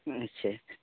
ᱟᱪᱪᱷᱟ